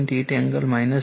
8 angle 43